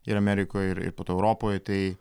ir amerikoj ir ir po to europoj tai